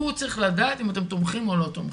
הוא צריך לדעת אם אתם תומכים או לא תומכים.